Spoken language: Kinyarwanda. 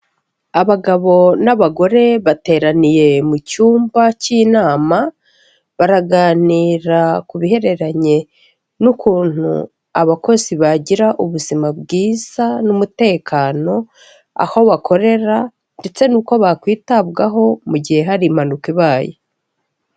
Abagabo n'abagore bateraniye mu cyumba cy'inama, baraganira ku bihereranye n'ukuntu abakozi bagira ubuzima bwiza n'umutekano, aho bakorera, ndetse n'uko bakwitabwaho mu gihe hari impanuka ibaye.